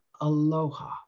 Aloha